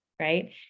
right